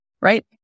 right